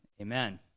Amen